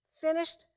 finished